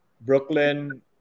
Brooklyn